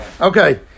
okay